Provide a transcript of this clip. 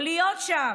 או להיות שם,